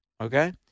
okay